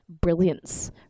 brilliance